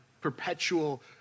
perpetual